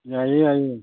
ꯌꯥꯏꯌꯦ ꯌꯥꯏꯌꯦ